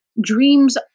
dreams